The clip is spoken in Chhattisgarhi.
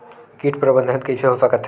कीट प्रबंधन कइसे हो सकथे?